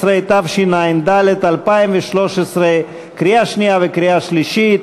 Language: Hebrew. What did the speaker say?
12), התשע"ד 2013. קריאה שנייה וקריאה שלישית.